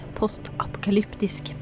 postapokalyptisk